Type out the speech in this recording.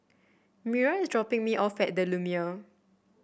Mira is dropping me off at the Lumiere